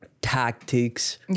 tactics